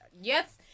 Yes